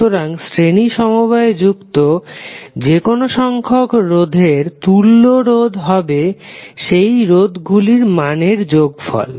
সুতরাং শ্রেণী সমবায়ে যুক্ত যেকোনো সংখ্যক রোধের তুল্য রোধ হবে সেই রোধ গুলির মানের যোগফল